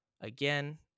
again